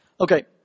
Okay